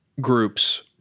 groups